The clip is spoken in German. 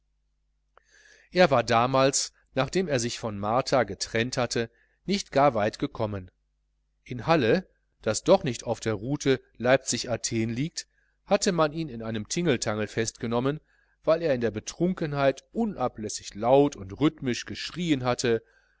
er war damals nachdem er sich von martha getrennt hatte nicht gar weit gekommen in halle das doch nicht auf der route leipzig athen liegt hatte man ihn in einem tingeltangel festgenommen weil er in der betrunkenheit unablässig laut und rhythmisch geschrieen hatte